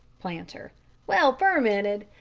planter well fermented!